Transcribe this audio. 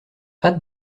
hâte